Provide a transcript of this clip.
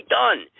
done